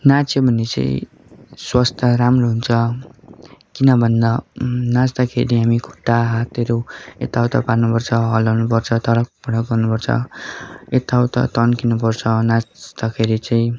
नाच्यो भने चाहिँ स्वास्थ्य राम्रो हुन्छ किनभन्दा नाच्दाखेरि हामी खुट्टा हातहरू यताउता पार्नुपर्छ हल्लाउनुपर्छ तडकभडक गर्नुपर्छ यताउता तन्किनुपर्छ नाच्दाखेरि चाहिँ